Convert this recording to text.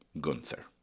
Gunther